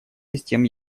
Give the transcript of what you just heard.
систем